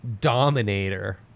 Dominator